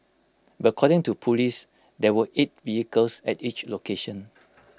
but according to Police there were eight vehicles at each location